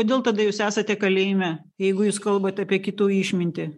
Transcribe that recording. kodėl tada jūs esate kalėjime jeigu jūs kalbate apie kitų išmintį